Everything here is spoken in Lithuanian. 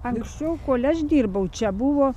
anksčiau kol aš dirbau čia buvo